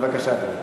בבקשה.